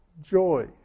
joy